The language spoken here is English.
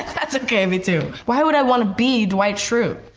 that's okay, me too. why would i want to be dwight schrute?